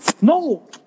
No